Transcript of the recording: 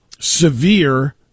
Severe